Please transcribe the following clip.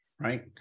Right